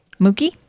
Mookie